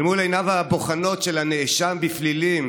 אל מול עיניו הבוחנות של הנאשם בפלילים,